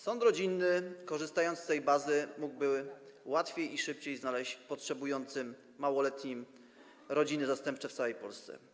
Sąd rodzinny, korzystając z tej bazy, mógłby łatwiej i szybciej znaleźć potrzebującym małoletnim rodziny zastępcze w całej Polsce.